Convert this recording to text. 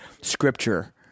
scripture